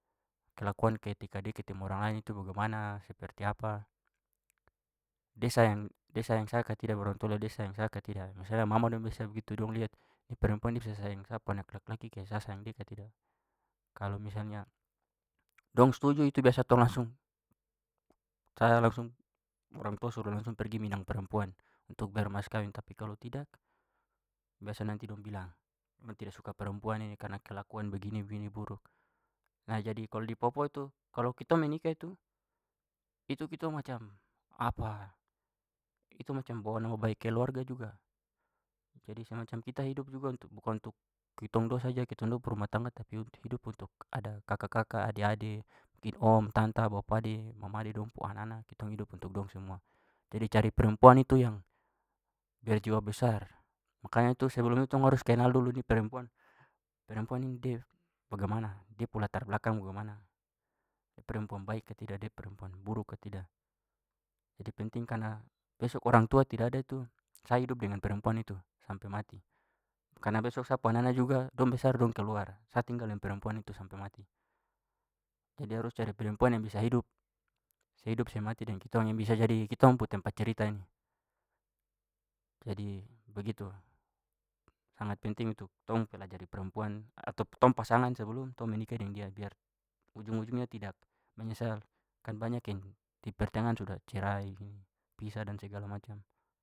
Kelakuan ketika da ketemu orang lain itu bagaimana seperti apa. Da sayang sa ka tidak baru orang tua lihat da sayang sa ka tidak. Maksudnya mama dong biasa begitu dong liat ini perempuan dia bisa sayang sa pu anak laki-laki kayak sa sayang dia ka tidak. Kalau misalnya dong setuju itu biasa tong langsung saya langsung orang tua suruh langsung pergi minang perempuan untuk bayar mas kawin, tapi kalau tidak biasa nanti dong bilang mama tidak suka perempuan ini karena kelakuan begini begini buruk. Nah, jadi kalau di papua tu kalo kitong menikah itu, itu kitong macam itu macam bawa nama baik keluarga juga. Jadi semacam kita hidup juga untuk- bukan untuk kitong dua saja kitong dua pu rumah tangga tapi hidup untuk ada kaka-kaka, ade-ade, mungkin om, tanta, bapa ade, mama ade, dong pu anak-anak, kitong hidup untuk dong semua. Jadi cari perempuan itu yang berjiwa besar. Makanya itu sebelum itu tong harus kenal dulu ini perempuan- perempuan ini de bagaimana, de pu latar belakang bagaimana, perempuan baik ka tidak, dia perempuan buruk ka tidak. Jadi penting karena besok orang tua tidak ada tu sa hidup dengan perempuan itu sampai mati. Karena besok sa pu anana juga dong besar dong keluar sa tinggal dengan perempuan itu sampai mati. Jadi harus cari perempuan yang bisa hidup sehidup semati deng kitong, yang bisa jadi kitong pu tempat cerita ini. Jadi begitu sangat penting untuk tong pelajari perempuan atau tong pasangan sebelum tong menikah deng dia biar ujung-ujungnya tidak menyesal. Kan banyak yang di pertengahan sudah cerai begini pisah dan segala macam.